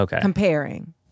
comparing